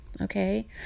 Okay